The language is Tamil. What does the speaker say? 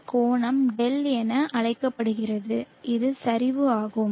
இந்த கோணம் δ என அழைக்கப்படுகிறது இது சரிவு ஆகும்